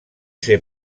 ser